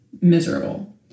miserable